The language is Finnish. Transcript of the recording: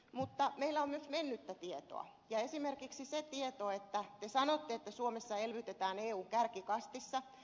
mutta meillä on myös mennyttä tietoa ja esimerkiksi se tieto että te sanotte että suomessa elvytetään eun kärkikastissa